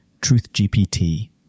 TruthGPT